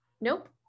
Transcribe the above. nope